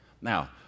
Now